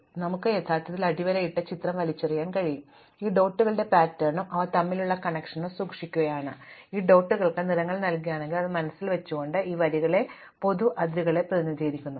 അതിനാൽ നമുക്ക് യഥാർത്ഥത്തിൽ അടിവരയിട്ട ചിത്രം വലിച്ചെറിയാൻ കഴിയും ഞാൻ ഈ ഡോട്ടുകളുടെ പാറ്റേണും അവ തമ്മിലുള്ള കണക്ഷനുകളും സൂക്ഷിക്കുകയാണ് കൂടാതെ നിങ്ങൾ ഈ ഡോട്ടുകൾക്ക് നിറങ്ങൾ നൽകുകയാണെങ്കിൽ അത് മനസ്സിൽ വെച്ചുകൊണ്ട് ഈ വരികൾ പൊതു അതിരുകളെ പ്രതിനിധീകരിക്കുന്നു